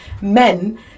men